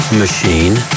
machine